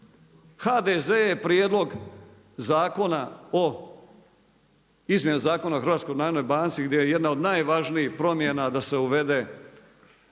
HDZ je Prijedlog zakona o, Izmjene zakona o HNB-u gdje je jedna od najvažnijih promjena da se uvede